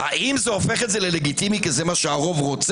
האם זה הופך את זה ללגיטימי כי זה מה שהרוב רוצה?